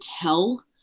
tell